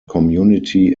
community